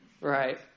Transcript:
Right